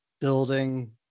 building